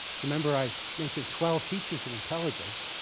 so remember, i mentioned twelve features of intelligence.